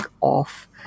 off